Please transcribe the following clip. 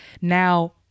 Now